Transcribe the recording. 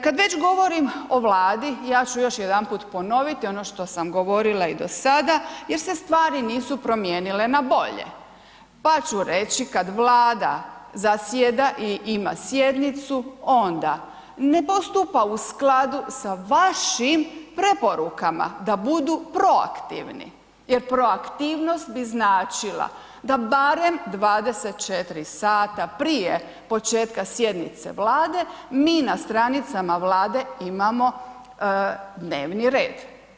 Kad već govorim o Vladi, ja ću još jedanput ponoviti ono što sam govorila i do sada jer se stvari nisu promijenile na bolje, pa ću reći kad Vlada i zasjeda i ima sjednicu onda ne postupa u skladu sa vašim preporukama da budu pro aktivni jer pro aktivnost bi značila da barem 24 sata prije početka sjednice Vlade mi na stranicama Vlade imamo dnevni red.